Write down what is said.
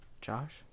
Josh